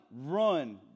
run